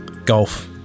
golf